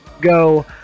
go